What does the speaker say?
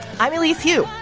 i'm elise hu.